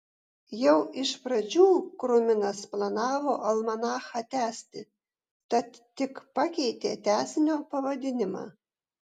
jau iš pradžių kruminas planavo almanachą tęsti tad tik pakeitė tęsinio pavadinimą